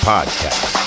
Podcast